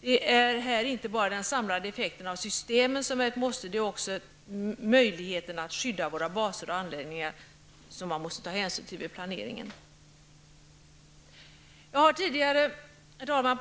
Det är här inte bara den samlade effekten av systemen som är ett måste utan det måste också vid planeringen tas hänsyn till möjligheten att skydda våra baser och anläggningar. Herr talman! Jag har tidigare